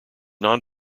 non